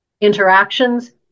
interactions